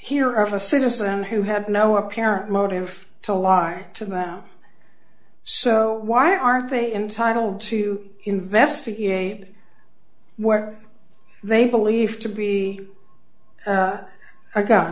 here of a citizen who have no apparent motive to lie to them so why aren't they entitled to investigate where they believed to be i got